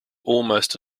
almost